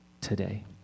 today